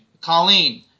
Colleen